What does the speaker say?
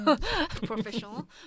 professional